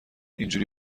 اینجوری